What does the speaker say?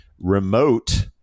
Remote